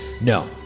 No